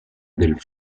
del